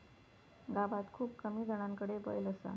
गावात खूप कमी जणांकडे बैल असा